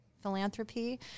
philanthropy